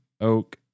oak